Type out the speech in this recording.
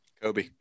Kobe